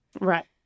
Right